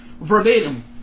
verbatim